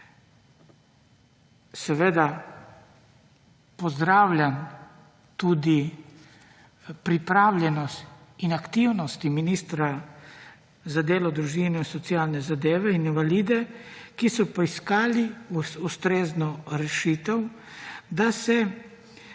Seveda pozdravljam tudi pripravnost in aktivnosti ministra za delo, družino, socialne zadeve in invalide, ki so poiskali ustrezno rešitev, da se